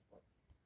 this lecture is for